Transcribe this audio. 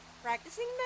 practicing